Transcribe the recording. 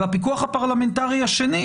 והפיקוח הפרלמנטרי השני,